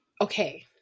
Okay